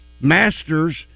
Masters